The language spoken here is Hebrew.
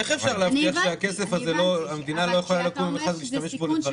אני הבנתי, אבל כשאתה אומר שזה סיכון של המדינה,